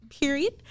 period